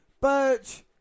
Birch